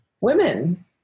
women